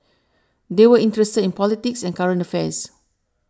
they were interested in politics and current affairs